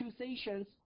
accusations